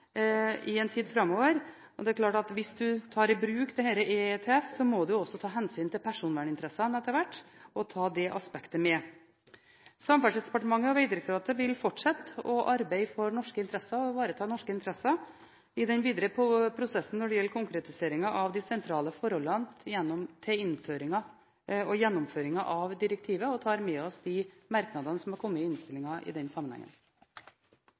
i en tid framover. Hvis man tar i bruk EETS, må man også ta hensyn til personverninteresser etter hvert, og ta med det aspektet. Samferdselsdepartementet og Vegdirektoratet vil fortsette å arbeide for å ivareta norske interesser i den videre prosessen når det gjelder konkretiseringen av de sentrale forholdene med hensyn til innføringen og gjennomføringen av direktivet, og tar med oss de merknadene som har kommet i innstillingen i den sammenhengen.